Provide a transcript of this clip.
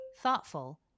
thoughtful